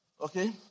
okay